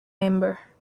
member